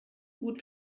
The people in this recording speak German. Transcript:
gut